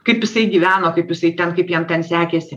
kaip jisai gyveno kaip jisai ten kaip jam ten sekėsi